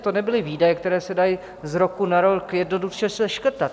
To nebyly výdaje, které se dají z roku na rok jednoduše seškrtat.